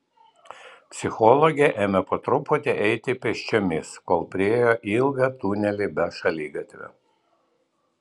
psichologė ėmė po truputį eiti pėsčiomis kol priėjo ilgą tunelį be šaligatvio